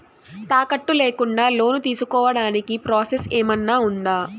తాకట్టు లేకుండా లోను తీసుకోడానికి ప్రాసెస్ ఏమన్నా ఉందా?